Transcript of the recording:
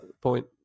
point